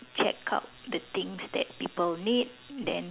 check out the things that people need then